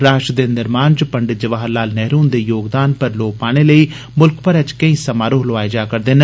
राष्ट्र दे निर्माण च पंडित जवाहर लाल नेहरू हुंदे योगदान पर लोऽ पाने लेई मुल्ख भरै च केई समारोह लोआए जा'रदे न